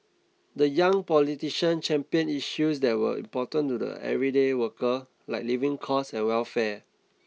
the young politician championed issues that were important to the everyday worker like living costs and welfare